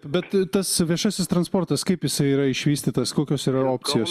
bet tas viešasis transportas kaip jisai yra išvystytas kokios yra opcijos